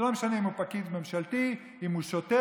זה לא משנה אם הוא פקיד ממשלתי, אם הוא שוטר.